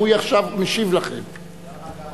הוא משיב לכם עכשיו.